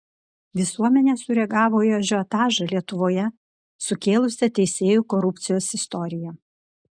visuomenė sureagavo į ažiotažą lietuvoje sukėlusią teisėjų korupcijos istoriją